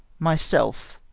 myself,